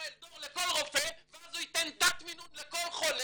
דור לכל רופא ואז הוא ייתן תת מינון לכל חולה.